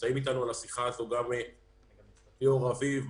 נמצאים אתנו בשיחה הזאת גם ליאור ארביב,